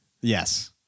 Yes